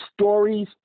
stories